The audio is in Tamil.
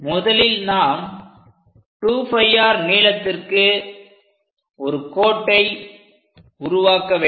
முதலில் நாம் 2πr நீளத்திற்கு ஒரு கோட்டை உருவாக்க வேண்டும்